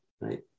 right